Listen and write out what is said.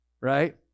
Right